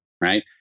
Right